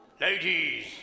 Ladies